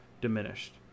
diminished